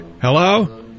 hello